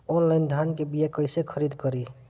Online धान के बीया कइसे खरीद करी?